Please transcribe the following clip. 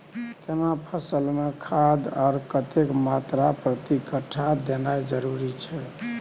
केना फसल मे के खाद आर कतेक मात्रा प्रति कट्ठा देनाय जरूरी छै?